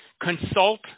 consult